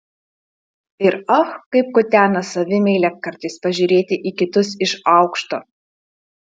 ir ach kaip kutena savimeilę kartais pažiūrėti į kitus iš aukšto